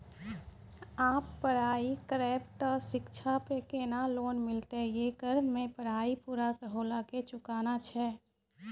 आप पराई करेव ते शिक्षा पे केना लोन मिलते येकर मे पराई पुरा होला के चुकाना छै?